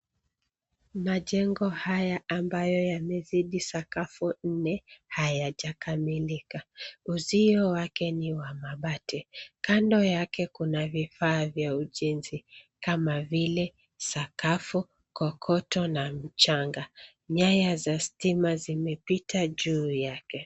Majengo haya ambayo yamezidi sakafu nne hayajakamilika. Uzio wake ni wa mabati. Kando yake kuna vifaa vya ujenzi kama vile sakafu, kokoto na mchanga. Nyaya za stima zimepita juu yake.